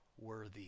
worthy